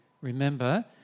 remember